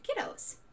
kiddos